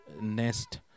nest